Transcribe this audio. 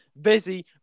busy